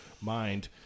mind